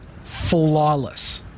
Flawless